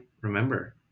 remember